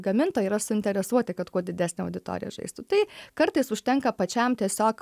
gamintojai yra suinteresuoti kad kuo didesnė auditorija žaistų tai kartais užtenka pačiam tiesiog